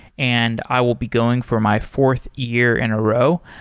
and i will be going for my fourth year in a row.